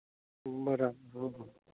બરાબર ઓહો